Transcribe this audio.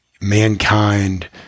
mankind